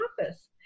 office